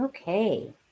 okay